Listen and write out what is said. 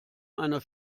einer